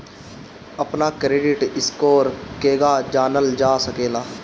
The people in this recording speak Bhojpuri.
अपना क्रेडिट स्कोर केगा जानल जा सकेला?